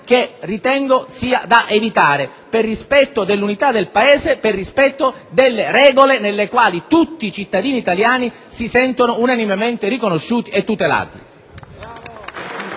che ritengo occorra evitare per rispetto dell'unità del Paese e delle regole nelle quali tutti cittadini italiani si sentono unanimemente riconosciuti e tutelati.